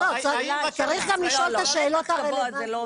צריך גם לשאול את השאלות הרלוונטיות.